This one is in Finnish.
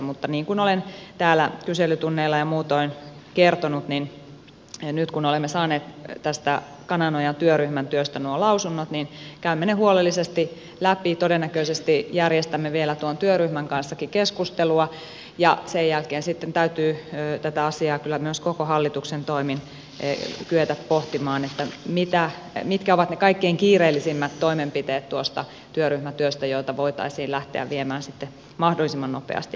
mutta niin kuin olen täällä kyselytunneilla ja muutoin kertonut nyt kun olemme saaneet tästä kananojan työryhmän työstä nuo lausunnot niin käymme ne huolellisesti läpi todennäköisesti järjestämme vielä tuon työryhmän kanssa keskustelua ja sen jälkeen sitten täytyy tätä asiaa kyllä myös koko hallituksen toimin kyetä pohtimaan mitkä ovat ne kaikkein kiireellisimmät toimenpiteet tuosta työryhmän työstä joita voitaisiin lähteä viemään sitten mahdollisimman nopeasti eteenpäin